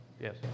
Yes